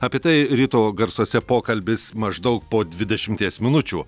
apie tai ryto garsuose pokalbis maždaug po dvidešimties minučių